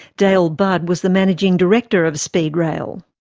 dale budd was the managing director of speedrail.